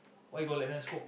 why you go let them smoke